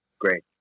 Great